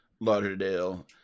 Lauderdale